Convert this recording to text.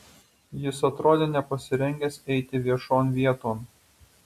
jis atrodė nepasirengęs eiti viešon vieton